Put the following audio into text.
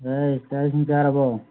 ꯑꯦ ꯆꯥꯛ ꯏꯁꯤꯡ ꯆꯥꯔꯕꯣ